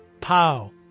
pow